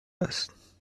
است